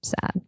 sad